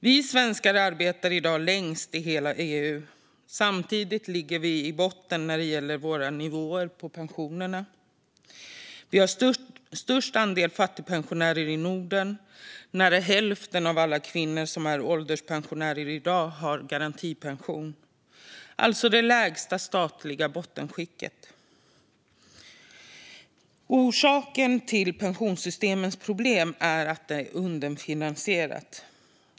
Vi svenskar arbetar i dag längst i hela EU. Samtidigt ligger vi i botten när det gäller nivån på pensionerna. Vi har störst andel fattigpensionärer i Norden. Nära hälften av alla kvinnor som är ålderspensionärer i dag har garantipension, alltså det lägsta statliga bottenskyddet. Orsaken till pensionssystemets problem är att det är underfinansierat.